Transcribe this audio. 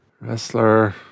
Wrestler